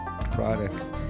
products